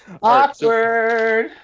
Awkward